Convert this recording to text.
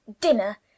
dinner